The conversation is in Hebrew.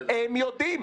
הם יודעים.